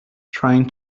trying